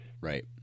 right